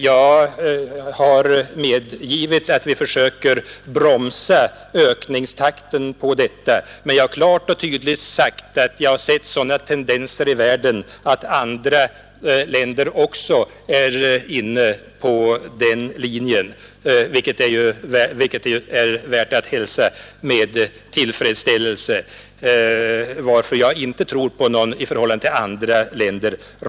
Jag har medgivit att vi försöker bromsa ökningstakten på försvaret, men jag har klart och tydligt sagt att jag ser tendenser i världen till att också andra länder slår in på den vägen, vilket ju är värt att hälsa med tillfredsställelse. Jag tror därför inte på någon relativ försvagning i förhållande till andra länder.